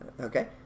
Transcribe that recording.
Okay